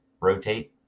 rotate